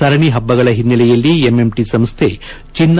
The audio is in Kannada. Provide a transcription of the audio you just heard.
ಸರಣಿ ಪಬ್ಪಗಳ ಹಿನ್ನೆಲೆಯಲ್ಲಿ ಎಂಎಂಟಿ ಸಂಸ್ಥೆ ಚಿನ್ನ